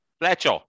Fletcher